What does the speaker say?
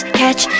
catch